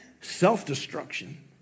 self-destruction